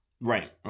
Right